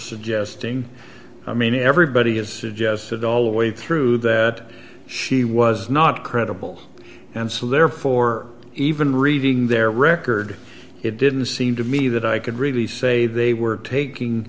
suggesting i mean everybody has suggested all the way through that she was not credible and so therefore even reading their record it didn't seem to me that i could really say they were taking